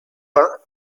peints